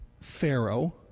pharaoh